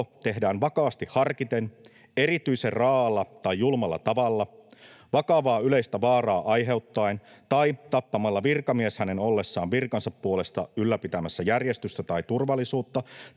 tehdään vakaasti harkiten, erityisen raa’alla tai julmalla tavalla, vakavaa yleistä vaaraa aiheuttaen tai tappamalla virkamies hänen ollessaan virkansa puolesta ylläpitämässä järjestystä tai turvallisuutta